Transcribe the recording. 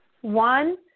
One